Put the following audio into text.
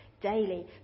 daily